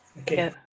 Okay